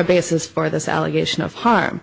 a basis for this allegation of harm